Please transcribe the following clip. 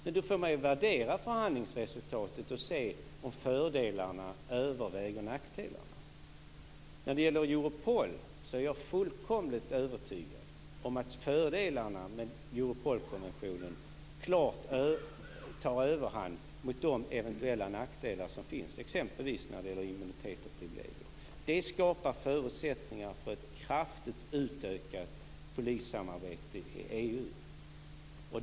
Men då får man värdera förhandlingsresultatet och se om fördelarna överväger nackdelarna. När det gäller Europol är jag fullkomligt övertygad om att fördelarna med Europolkonventionen klart överväger de eventuella nackdelar som finns, exempelvis immunitet och privilegier. Det skapar förutsättningar för ett kraftigt utökat polissamarbete i EU.